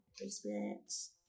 experience